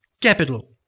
Capital